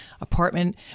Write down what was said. apartment